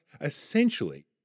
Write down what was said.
Essentially